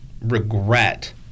regret